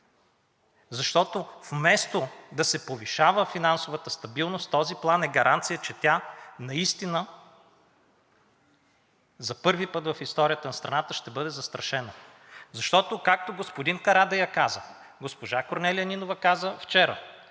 защото, вместо да се повишава финансовата стабилност, този план е гаранция, че тя наистина за първи път в историята на страната ще бъде застрашена. Защото, както господин Карадайъ каза, госпожа Корнелия Нинова каза вчера,